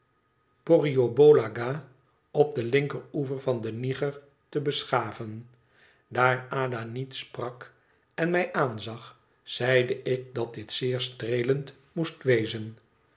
borrioboola gha op den linkeroever van den n i g e r te beschaven daar ada niet sprak en mij aanzag zeide ik dat dit zeer streelend moest wezen